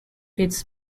its